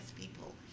people